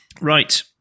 Right